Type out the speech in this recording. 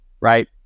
right